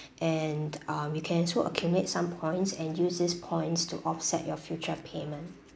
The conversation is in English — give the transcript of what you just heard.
and um you can also accumulate some points and use this points to offset your future payment